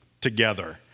together